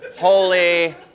holy